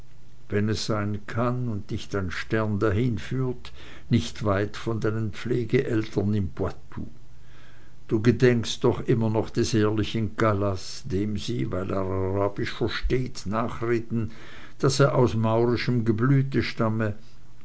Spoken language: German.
wenn es sein kann und dich dein stern dahin führt nicht weit von deinen pflegeeltern im poitou du gedenkst doch immer noch des ehrlichen calas dem sie weil er arabisch versteht nachreden daß er aus maurischem geblüte stamme